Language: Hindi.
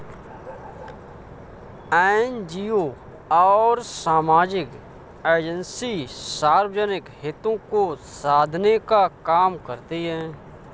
एनजीओ और सामाजिक एजेंसी सार्वजनिक हितों को साधने का काम करती हैं